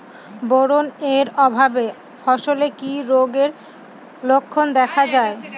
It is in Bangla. বোরন এর অভাবে ফসলে কি রোগের লক্ষণ দেখা যায়?